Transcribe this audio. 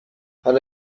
حالا